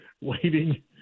waiting